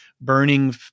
burning